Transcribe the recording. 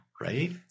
Right